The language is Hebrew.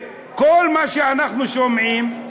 כל מה שאנחנו שומעים,